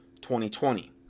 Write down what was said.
2020